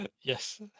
Yes